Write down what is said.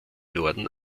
norden